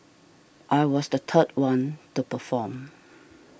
I was the third one to perform